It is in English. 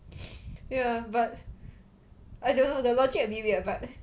ya but I don't know the logic a bit weird but